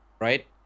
Right